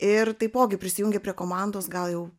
ir taipogi prisijungė prie komandos gal jau